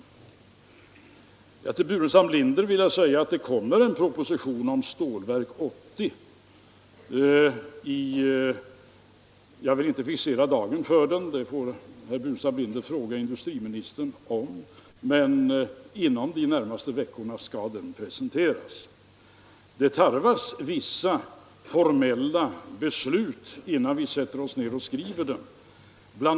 Till herr Burenstam Linder vill jag säga att det kommer en proposition om Stålverk 80. Jag vill inte fixera dagen — det får herr Burenstam Linder fråga industriministern om — men inom de närmaste veckorna skall propositionen framläggas. Det tarvas vissa formella beslut innan vi sätter oss ned och skriver den. Bl.